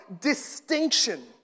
distinction